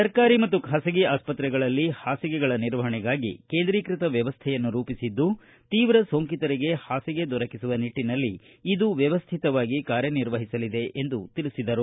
ಸರ್ಕಾರಿ ಮತ್ತು ಖಾಸಗಿ ಆಸ್ಪತ್ರೆಗಳಲ್ಲಿ ಪಾಸಿಗೆಗಳ ನಿರ್ವಹಣೆಗಾಗಿ ಕೇಂದ್ರೀಕೃತ ವ್ಯವಸ್ಥೆಯನ್ನು ರೂಪಿಸಿದ್ದು ತೀವ್ರ ಸೋಂಕಿತರಿಗೆ ಹಾಸಿಗೆ ದೊರಕಿಸುವ ನಿಟ್ಟಿನಲ್ಲಿ ಇದು ವ್ಯವಸ್ಥಿತವಾಗಿ ಕಾರ್ಯನಿರ್ವಹಿಸಲಿದೆ ಎಂದು ತಿಳಿಸಿದರು